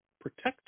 protect